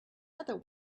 other